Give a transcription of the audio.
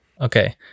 Okay